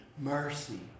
mercy